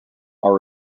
are